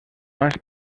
más